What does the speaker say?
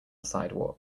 sidewalk